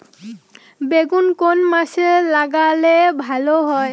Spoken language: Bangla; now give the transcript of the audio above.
বেগুন কোন মাসে লাগালে ভালো হয়?